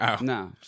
No